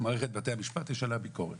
מערכת בתי המשפט יש עליה ביקורת.